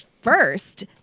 first